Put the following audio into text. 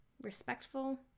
respectful